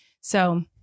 So-